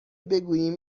بگوییم